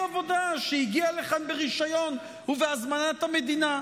עבודה שהגיע לכאן ברישיון ובהזמנת המדינה.